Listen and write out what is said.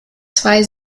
zwei